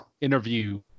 interview